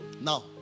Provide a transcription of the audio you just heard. now